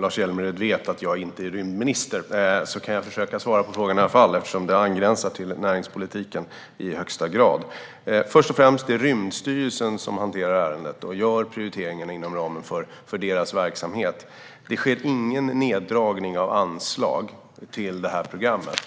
Lars Hjälmered vet att jag inte är rymdminister, men jag kan försöka svara på frågan i alla fall eftersom den i högsta grad anknyter till näringspolitiken. Först och främst är det Rymdstyrelsen som hanterar ärendet och gör prioriteringarna inom ramen för sin verksamhet. Det sker ingen neddragning av anslagen till programmet.